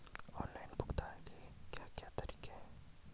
Online भुगतान के क्या क्या तरीके हैं?